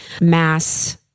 mass